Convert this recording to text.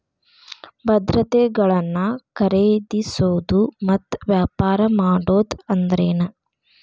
ಭದ್ರತೆಗಳನ್ನ ಖರೇದಿಸೋದು ಮತ್ತ ವ್ಯಾಪಾರ ಮಾಡೋದ್ ಅಂದ್ರೆನ